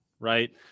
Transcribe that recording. right